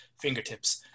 fingertips